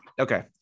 Okay